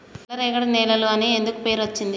నల్లరేగడి నేలలు అని ఎందుకు పేరు అచ్చింది?